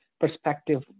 Perspective